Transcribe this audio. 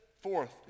forth